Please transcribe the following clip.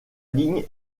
ligne